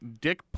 Dick